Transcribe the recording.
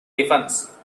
defence